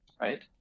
right